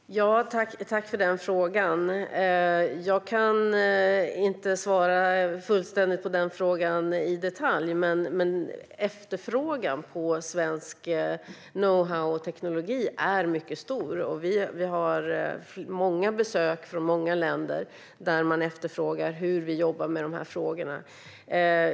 Herr talman! Tack för frågan! Jag kan inte svara på den frågan i detalj, men efterfrågan på svensk know-how och teknologi är mycket stor. Vi har många besök från många länder, där man frågar hur vi jobbar med dessa frågor.